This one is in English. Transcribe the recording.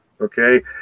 okay